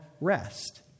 rest